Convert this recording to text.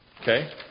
Okay